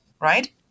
right